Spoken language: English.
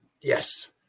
Yes